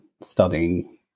studying